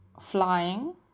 flying